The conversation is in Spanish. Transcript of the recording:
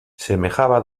semejaba